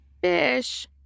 fish